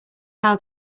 how